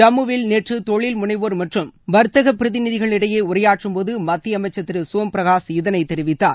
ஜம்முவில் நேற்று தொழில் முனைவோர் மற்றும் வர்த்தக பிரதிநிகளிடையே உரையாற்றும் போது மத்திய அமைச்சர் திரு சோம் பிரகாஷ் இதனை தெரிவித்தார்